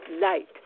Light